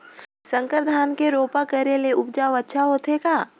संकर धान के रोपा करे ले उपज अच्छा होथे का?